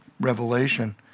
revelation